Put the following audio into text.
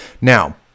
now